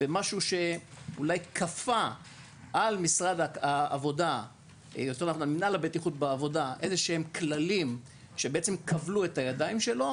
שאולי כפה על מינהל הבטיחות בעבודה איזשהם כללים שכבלו את הידיים שלו,